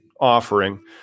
offering